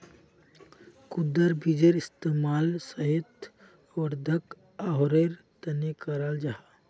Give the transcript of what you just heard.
कद्दुर बीजेर इस्तेमाल सेहत वर्धक आहारेर तने कराल जाहा